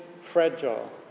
fragile